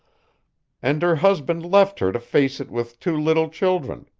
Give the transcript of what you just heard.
and her husband left her to face it with two little children.